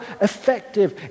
effective